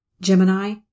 Gemini